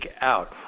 out